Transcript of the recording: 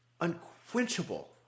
unquenchable